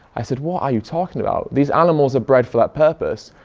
i said what are you talking about? these animals are bred for that purpose.